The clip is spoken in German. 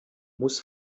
muss